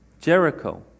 Jericho